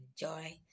enjoy